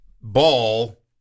ball